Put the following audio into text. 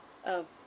uh